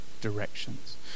directions